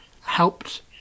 helped